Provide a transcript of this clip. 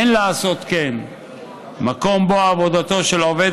אין לעשות כן מקום שבו עבודתו של עובד